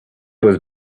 was